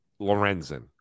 Lorenzen